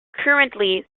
currently